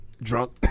Drunk